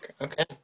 Okay